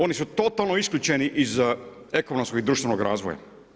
Oni su totalno isključeni iz ekonomskog i društvenog razvoja.